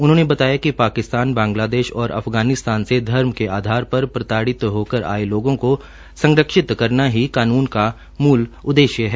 उन्होंने बताया कि पाकिस्तान बांग्लादेश और अफगानिस्तान से धर्म के आधार पर प्रताड़ित होकर आए लोगों को संरक्षित करना ही इस कानून का मूल उद्देश्य है